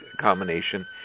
combination